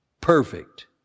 Perfect